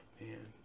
Man